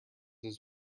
his